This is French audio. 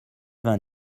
vingt